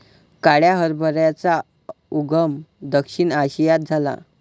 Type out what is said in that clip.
काळ्या हरभऱ्याचा उगम दक्षिण आशियात झाला